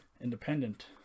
independent